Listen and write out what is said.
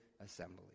assembly